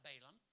Balaam